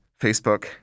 Facebook